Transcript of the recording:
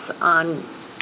on